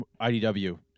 IDW